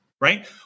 right